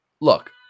Look